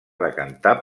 decantar